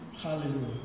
Hallelujah